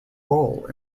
role